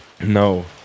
No